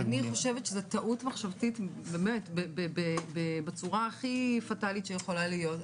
אני חושבת שזה טעות מחשבתית בצורה הכי פטאלית שיכולה להיות.